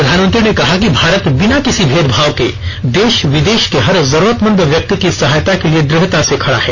प्रधानमंत्री ने कहा कि भारत बिना किसी भेदभाव के देश विदेश के हर जरूरतमंद व्यक्ति की सहायता के लिए दृढ़ता से खड़ा है